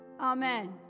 Amen